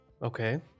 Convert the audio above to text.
Okay